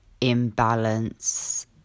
imbalance